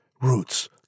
Roots